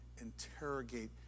interrogate